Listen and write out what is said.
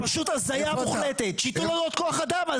פשוט הזיה מוחלטת, שיתנו לנו עוד כוח אדם.